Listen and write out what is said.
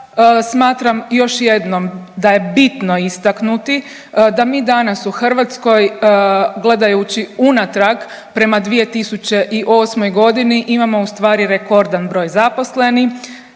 smatra još jednom da je bitno istaknuti da mi danas u Hrvatskoj gledajući unatrag prema 2008.g. imamo ustvari rekordan broj zaposlenih,